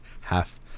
half